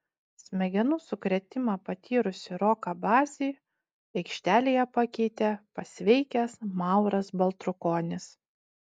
smegenų sukrėtimą patyrusį roką bazį aikštelėje pakeitė pasveikęs mauras baltrukonis